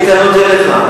אין לי טענות אליך.